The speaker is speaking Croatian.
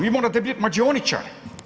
Vi morate biti mađioničar.